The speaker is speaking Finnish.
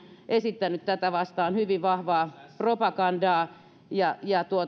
esittäneet tätä vastaan hyvin vahvaa propagandaa ja